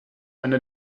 eine